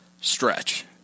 stretch